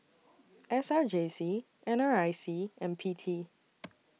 S R J C N R I C and P T